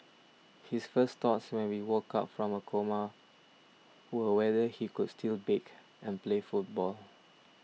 his first thoughts when he woke up from a coma were whether he could still bake and play football